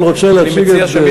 אני אבל רוצה להציג את זה,